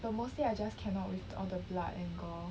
but mostly I just cannot with all the blood and gore